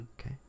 Okay